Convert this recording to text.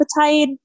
appetite